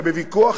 ובוויכוח,